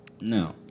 No